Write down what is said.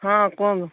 ହଁ କୁହନ୍ତୁ